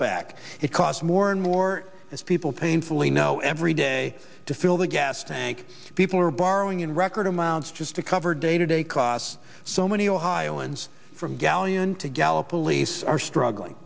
back it costs more and more as people painfully know every day to fill the gas tank people are borrowing in record amounts just to cover day to day costs so many ohioans from gallion to gallup police are struggling